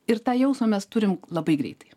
ir tą jausmą mes turim labai greitai